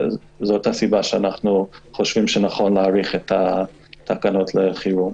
זו הסיבה שאנחנו חושבים שנכון להאריך את התקנות לחירום.